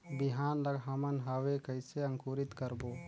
बिहान ला हमन हवे कइसे अंकुरित करबो?